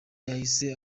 yahise